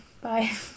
bye